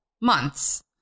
months